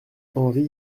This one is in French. henri